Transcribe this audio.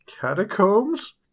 Catacombs